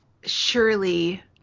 surely